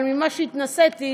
אבל ממה שהתנסיתי,